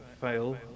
fail